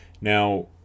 Now